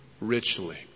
richly